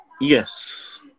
Yes